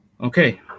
Okay